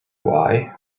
why